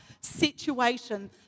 situation